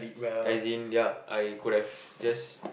as in ya I could have just